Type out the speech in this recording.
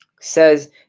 says